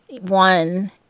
one